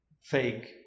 fake